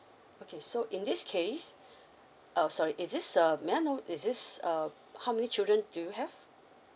okay so in this case oh sorry is this um may I know is this um how many children do you have